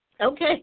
okay